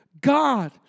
God